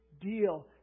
deal